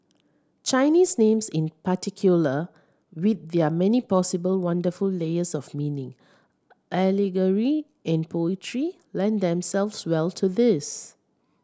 Chinese names in particular with their many possible wonderful layers of meaning allegory and poetry lend themselves well to this